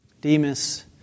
Demas